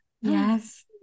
Yes